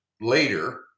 later